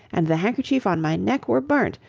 and the handkerchief on my neck, were burnt,